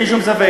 אין שום ספק.